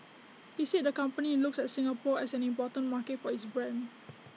he said the company looks at Singapore as an important market for its brand